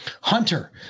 Hunter